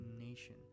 nation